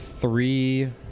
Three